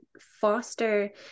foster